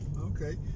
Okay